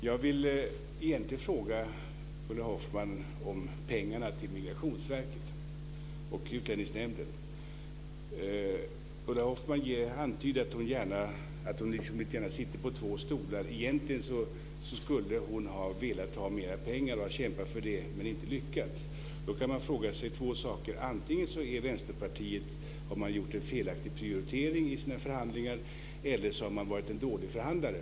Jag vill egentligen fråga Ulla Hoffmann om pengarna till Migrationsverket och Utlänningsnämnden. Ulla Hoffmann antyder att hon inte sitter på stolar. Egentligen skulle hon gärna ha velat ha mera pengar och har kämpat för det men inte lyckats. Då kan man konstatera två saker. Antingen har Vänsterpartiet gjort en felaktig prioritering i sina förhandlingar eller har man varit en dålig förhandlare.